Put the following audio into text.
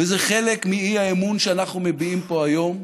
וזה חלק מהאי-אמון שאנחנו מביעים פה היום,